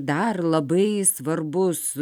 dar labai svarbus